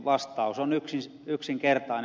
vastaus on yksinkertainen